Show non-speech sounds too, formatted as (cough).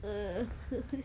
(laughs)